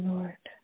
Lord